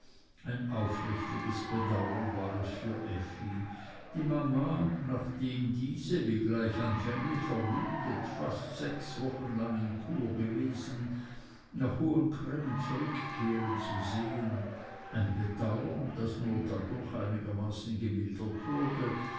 ein aufrichtiges bedauern war es für effi die mama nachdem diese wie gleich anfänglich vermutet fast sechs wochen lang in kur gewesen nach hohen cremmen zurückkehren zu sehen ein bedauern das nur dadurch einigermaßen gemildert wurde